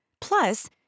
Plus